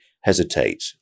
hesitate